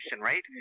right